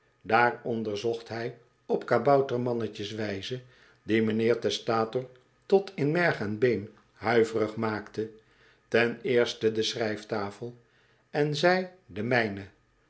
daar onderzocht hij op kaboutermannetjes wijze die mijnheer testator tot in merg en been huiverig maakte ton eerste de schrijftafel en zei de mijne